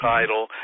title